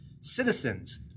citizens